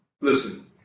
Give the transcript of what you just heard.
Listen